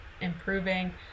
improving